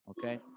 okay